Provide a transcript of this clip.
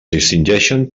distingeixen